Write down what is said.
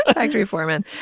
ah factory foreman